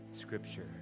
Scripture